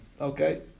Okay